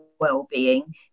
well-being